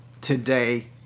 today